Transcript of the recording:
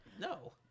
No